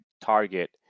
target